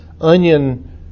onion